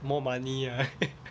more money right